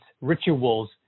rituals